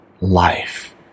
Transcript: life